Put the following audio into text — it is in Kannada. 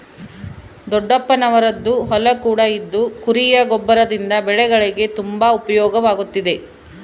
ದೊಡ್ಡಪ್ಪನವರದ್ದು ಹೊಲ ಕೂಡ ಇದ್ದು ಕುರಿಯ ಗೊಬ್ಬರದಿಂದ ಬೆಳೆಗಳಿಗೆ ತುಂಬಾ ಉಪಯೋಗವಾಗುತ್ತಿದೆ